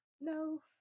no